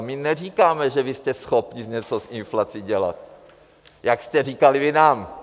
My neříkáme, že vy jste schopni něco s inflací dělat, jak jste říkali vy nám.